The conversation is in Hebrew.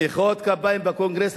במחיאות כפיים בקונגרס,